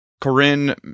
Corinne